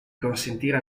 acconsentire